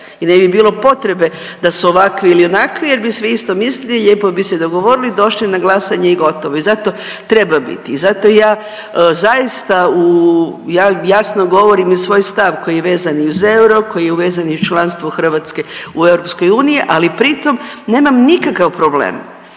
i ne bi bilo potrebe da su ovakvi ili onakvi jer bi svi isto mislili i lijepo bi se dogovorili i došli na glasanje i gotovo i zato treba biti i zato ja zaista u, jasno govorim i svoj stav koji je vezan i uz euro koji je vezan i uz članstvo Hrvatske u EU ali pri tom nemam nikakav problem